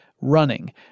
running